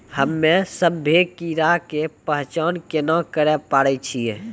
हम्मे सभ्भे कीड़ा के पहचान केना करे पाड़ै छियै?